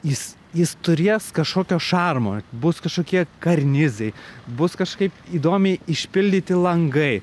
jis jis turės kažkokio šarmo bus kažkokie karnizai bus kažkaip įdomiai išpildyti langai